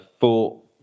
thought